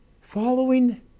following